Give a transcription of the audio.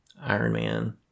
Ironman